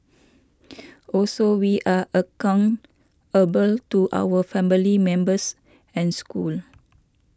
also we are account able to our family members and school